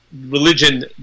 religion